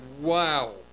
wow